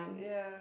yeah